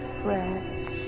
fresh